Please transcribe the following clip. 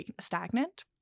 stagnant